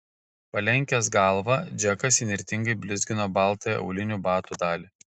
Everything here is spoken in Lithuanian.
palenkęs galvą džekas įnirtingai blizgino baltąją aulinių batų dalį